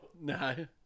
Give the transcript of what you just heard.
No